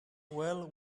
well